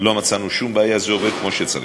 לא מצאנו שום בעיה, זה עובד כמו שצריך.